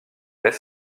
est